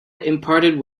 imparted